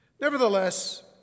Nevertheless